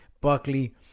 Buckley